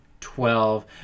twelve